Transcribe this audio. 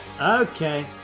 okay